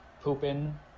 pooping